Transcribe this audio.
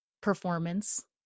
performance